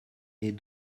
est